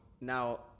now